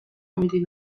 امیدی